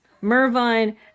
Mervine